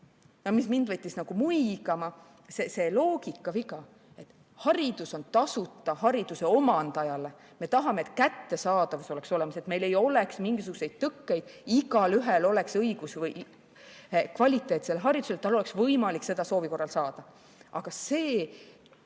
Mind võttis see loogikaviga muigama. Haridus on tasuta hariduse omandajale, me tahame, et kättesaadavus oleks olemas, et meil ei oleks mingisuguseid tõkkeid, et igaühel oleks õigus kvaliteetsele haridusele, et tal oleks võimalik seda soovi korral saada. Aga see,